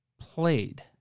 played